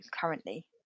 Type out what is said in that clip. currently